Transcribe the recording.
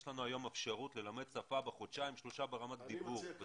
יש לנו היום אפשרות ללמד שפה בחודשיים-שלושה ברמת דיבור.